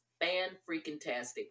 fan-freaking-tastic